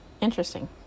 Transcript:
Interesting